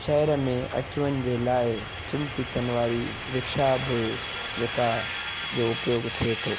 शहिर में अच वञ जे लाइ टिन फीथनि वारी रिक्शा बि जेका जो उपयोग थिए थो